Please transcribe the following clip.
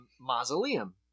mausoleum